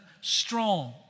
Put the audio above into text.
Strong